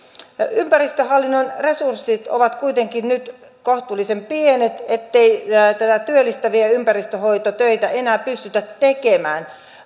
ympäristöhallinnon resurssit ovat kuitenkin nyt kohtuullisen pienet eikä näitä työllistäviä ympäristönhoitotöitä enää pystytä tekemään